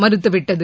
மறுத்துவிட்டது